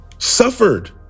Suffered